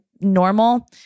normal